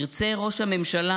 ירצה ראש הממשלה